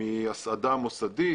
מהסעדה מוסדית,